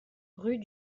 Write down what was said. rue